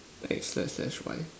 hey slash slash why